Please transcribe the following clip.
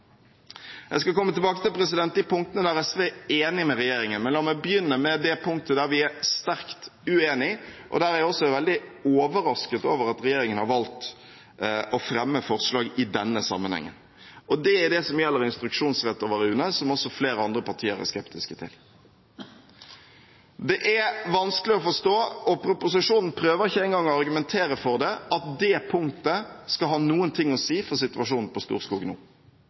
Jeg skal komme tilbake til de punktene der SV er enig med regjeringen, men la meg begynne med det punktet der vi er sterkt uenig, og der jeg også er veldig overrasket over at regjeringen har valgt å fremme forslag i denne sammenheng – og det er det som gjelder instruksjonsrett overfor UNE, som også flere andre partier er skeptiske til. Det er vanskelig å forstå, og proposisjonen prøver ikke engang å argumentere for det, at det punktet skal ha noen ting å si for situasjonen på Storskog nå.